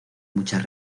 muchas